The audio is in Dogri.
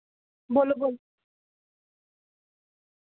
बोल्लो बोल